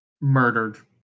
murdered